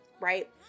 Right